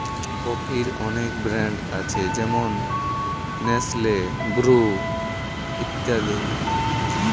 কফির অনেক ব্র্যান্ড আছে যেমন নেসলে, ব্রু ইত্যাদি